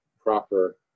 proper